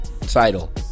title